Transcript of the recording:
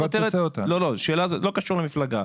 לא קשור למפלגה.